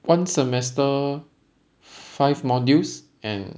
one semester five modules and